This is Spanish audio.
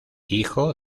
hijo